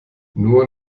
nur